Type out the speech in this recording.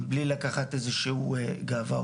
בלי לקחת איזשהו גאווה,